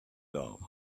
love